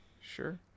Sure